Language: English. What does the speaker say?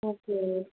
okay